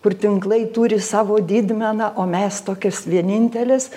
kur tinklai turi savo didmeną o mes tokios vienintelės